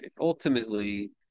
Ultimately